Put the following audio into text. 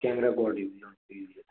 camera quality